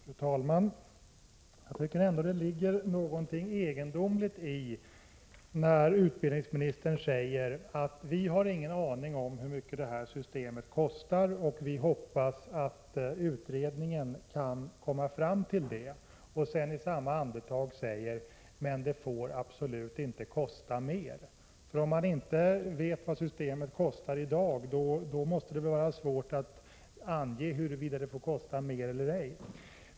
Fru talman! Det är litet egendomligt när utbildningsministern säger att han inte har någon aning om hur mycket detta system kostar och att utredningen förhoppningsvis kan komma fram till detta, och i samma andetag säger att det absolut inte får kosta mer. Om han inte vet vad systemet kostar i dag måste det vara svårt att ange huruvida det får kosta mer eller ej.